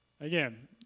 Again